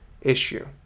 issue